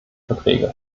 verträge